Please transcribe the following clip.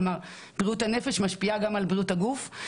כלומר: בריאות הנפש משפיעה גם על בריאות הגוף.